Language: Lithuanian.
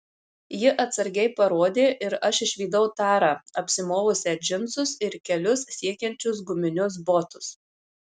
ji atsargiai parodė ir aš išvydau tarą apsimovusią džinsus ir kelius siekiančius guminius botus